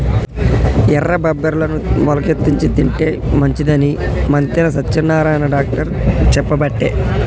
ఎర్ర బబ్బెర్లను మొలికెత్తిచ్చి తింటే మంచిదని మంతెన సత్యనారాయణ డాక్టర్ చెప్పబట్టే